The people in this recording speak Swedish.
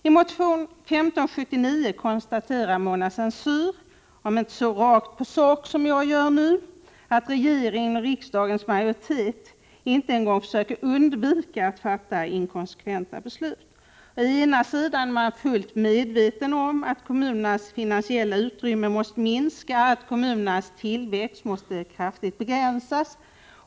I motion 1579 konstaterar Mona Saint Cyr — om än inte så rakt på sak som jag gör nu—att regeringen och riksdagens majoritet inte ens försöker undvika att fatta inkonsekventa beslut. Å ena sidan är man fullt medveten om att kommunernas finansiella utrymme måste minska och att den kommunala tillväxten måste kraftigt begränsas.